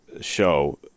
show